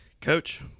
Coach